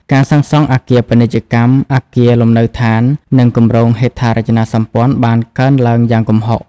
ការសាងសង់អគារពាណិជ្ជកម្ម អគារលំនៅដ្ឋាន និងគម្រោងហេដ្ឋារចនាសម្ព័ន្ធបានកើនឡើងយ៉ាងគំហុក។